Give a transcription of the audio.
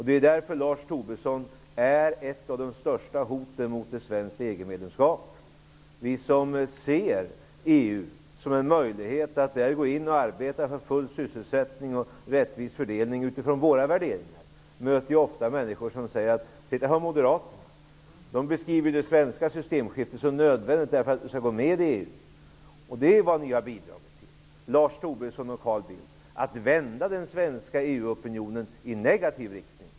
Det är därför Lars Tobisson är ett av de största hoten mot ett svenskt Vi som ser EU som en möjlighet att gå in och arbeta för full sysselsättning och rättvis fördelning utifrån våra värderingar möter ofta människor som säger: Titta på Moderaterna! De beskriver det svenska systemskiftet som nödvändigt för att vi skall med i Lars Tobisson och Carl Bildt har bidragit till att vända den svenska EU-opinionen i negativ riktning.